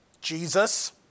Jesus